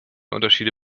unterschiede